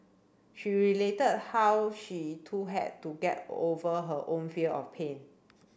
she related how she too had to get over her own fear of pain